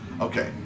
Okay